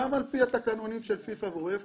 גם על פי התקנונים של פיפ"א ואופ"א,